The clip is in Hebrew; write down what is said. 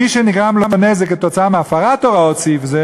מי שנגרם לו נזק מהפרת הוראות סעיף זה